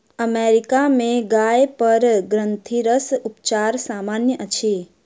America में गाय पर ग्रंथिरस उपचार सामन्य अछि